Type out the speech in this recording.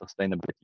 sustainability